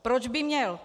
Proč by měl?